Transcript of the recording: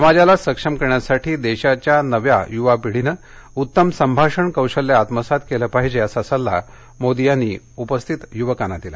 समाजाला सक्षम करण्यासाठी देशाच्या नव्या युवा पिढीनं उत्तम संभाषण कौशल्य आत्मसात केलं पाहिजे असा सल्ला मोदी यांनी यावेळी उपस्थित युवकांना दिला